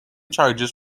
charges